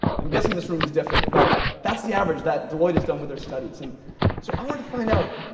i'm guessing this room is different, but that's the average that deloitte has done with their studies. and so i wanted to find out,